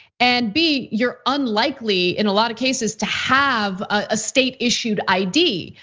and b, you're unlikely, in a lot of cases, to have a state issued id.